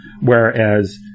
Whereas